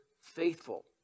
faithful